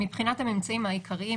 מבחינת הממצאים העיקריים,